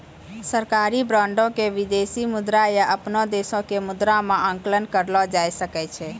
सरकारी बांडो के विदेशी मुद्रा या अपनो देशो के मुद्रा मे आंकलन करलो जाय सकै छै